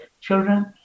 children